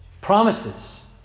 Promises